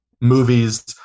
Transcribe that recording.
movies